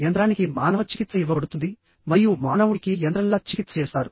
యంత్రానికి మానవ చికిత్స ఇవ్వబడుతుంది మరియు మానవుడికి యంత్రంలా చికిత్స చేస్తారు